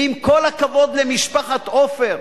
ועם כל הכבוד למשפחות עופר,